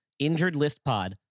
InjuredListPod